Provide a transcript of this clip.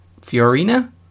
Fiorina